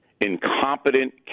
incompetent